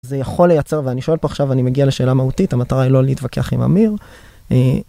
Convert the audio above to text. זה יכול לייצר, ואני שואל פה עכשיו, אני מגיע לשאלה מהותית, המטרה היא לא להתווכח עם אמיר.